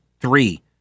three